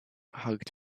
hugged